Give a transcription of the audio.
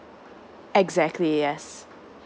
exactly yes